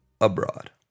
abroad